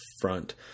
front